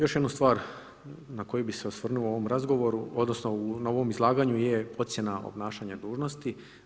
Još jednu stvar na koju bih se osvrnuo u ovom razgovoru odnosno na ovom izlaganju je ocjena obnašanja dužnosti.